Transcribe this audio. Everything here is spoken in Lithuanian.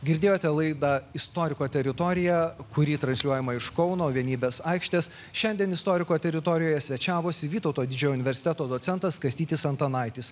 girdėjote laidą istoriko teritorija kuri transliuojama iš kauno vienybės aikštės šiandien istoriko teritorijoje svečiavosi vytauto didžiojo universiteto docentas kastytis antanaitis